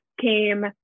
came